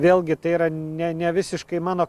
vėlgi tai yra ne ne visiškai mano